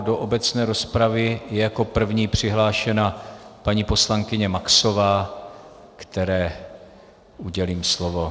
Do obecné rozpravy je jako první přihlášena paní poslankyně Maxová, které udělím slovo.